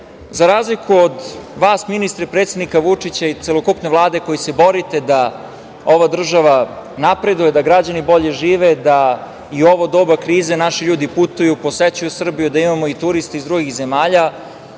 razliku od vas, ministre, predsednika Vučića i celokupne Vlade koji se borite da ova država napreduje, da građani bolje žive, da i ovo doba krize naši ljudi putuju, posećuju Srbiju, da imamo i turiste iz drugih zemalja,